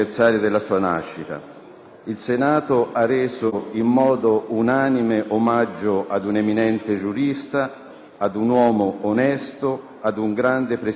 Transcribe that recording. Il Senato ha reso, in modo unanime, omaggio ad un eminente giurista, ad un uomo onesto, ad un grande Presidente della Repubblica.